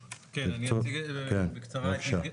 בבקשה.